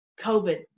COVID